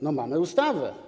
No mamy ustawę.